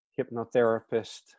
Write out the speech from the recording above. hypnotherapist